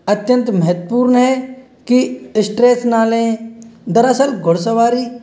अत्यंत महत्वपूर्ण है कि स्ट्रेस न लें दरअसल घुड़सवारी